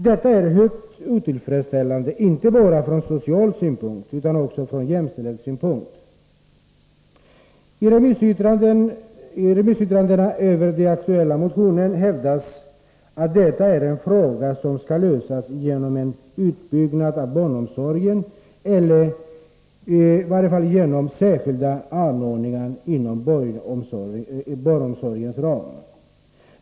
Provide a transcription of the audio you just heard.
Detta är djupt otillfredsställande, inte bara från sociala synpunkter utan också från jämställdhetssynpunkt. I remissyttrandena över den aktuella motionen hävdas att detta är en fråga som skall lösas genom en utbyggnad av barnomsorgen, eller i varje fall genom särskilda anordningar inom barnomsorgens ram.